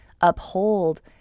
uphold